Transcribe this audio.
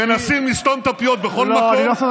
אני קורא אותך לסדר בפעם הראשונה.